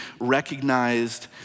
recognized